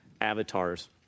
avatars